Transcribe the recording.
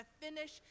finish